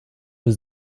was